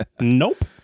nope